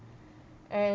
an~